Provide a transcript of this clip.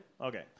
Okay